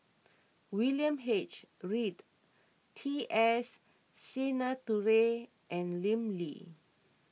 William H Read T S Sinnathuray and Lim Lee